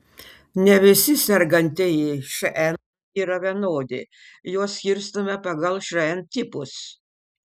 ne visi sergantieji šn yra vienodi juos skirstome pagal šn tipus